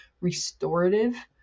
restorative